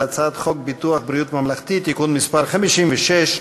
הצעת חוק ביטוח בריאות ממלכתי (תיקון מס' 56)